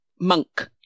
Monk